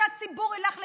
למה שהציבור ילך להתחסן?